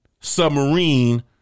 submarine